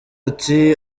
ati